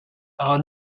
are